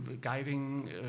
guiding